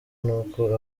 n’uko